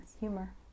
humor